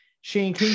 Shane